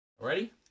ready